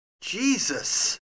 Jesus